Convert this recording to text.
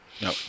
No